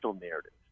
narrative